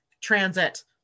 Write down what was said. transit